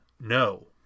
No